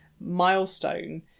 milestone